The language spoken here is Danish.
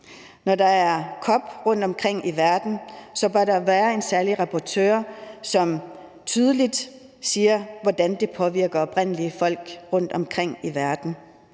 Når der er COP-møder rundtomkring i verden, bør der være en særlig rapportør, som tydeligt siger, hvordan det påvirker oprindelige folk rundtomkring i verden.